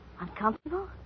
Uncomfortable